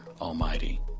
Almighty